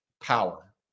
power